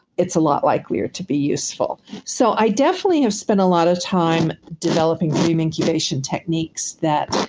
it's a lot likelier to be useful so i definitely have spent a lot of time developing dream incubation techniques that